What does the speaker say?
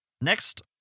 Next